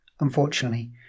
unfortunately